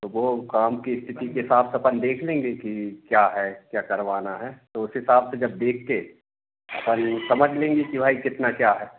तो वह काम की इस्थिति के हिसाब से अपन देख लेंगे कि क्या है क्या करवाना है तो उस हिसाब से जब देखकर अपन समझ लेंगे कि भाई कितना क्या है